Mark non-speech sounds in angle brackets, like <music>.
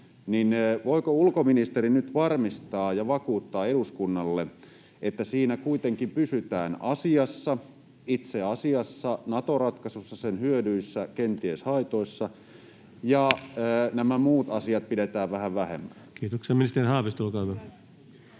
voiko ulkoministeri nyt varmistaa ja vakuuttaa eduskunnalle, että siinä kuitenkin pysytään asiassa, itse asiassa Nato-ratkaisussa, sen hyödyissä, kenties haitoissa, <noise> ja nämä muut asiat pidetään vähän vähemmällä? Kiitoksia. — Ministeri Haavisto, olkaa hyvä.